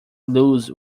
lose